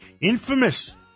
infamous